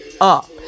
up